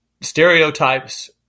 stereotypes